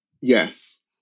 Yes